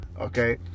Okay